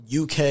UK